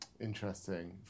Interesting